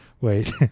Wait